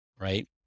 right